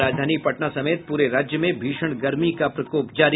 और राजधानी पटना समेत पूरे राज्य में भीषण गर्मी का प्रकोप जारी